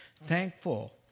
Thankful